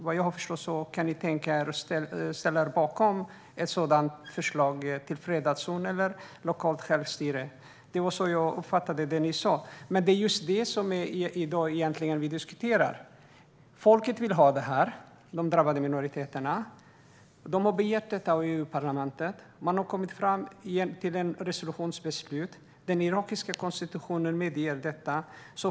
Vad jag förstår, utrikesministern, kan ni tänka er att ställa er bakom ett sådant förslag till fredad zon eller lokalt självstyre. Det var så jag uppfattade det. Det är just detta vi egentligen diskuterar i dag: Folket och de drabbade minoriteterna vill ha detta. De har begärt det av Europaparlamentet, som har kommit fram till ett resolutionsbeslut. Den irakiska konstitutionen medger detta.